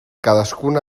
cadascuna